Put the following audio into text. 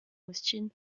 austin